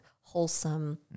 wholesome